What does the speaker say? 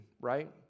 right